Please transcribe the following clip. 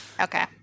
Okay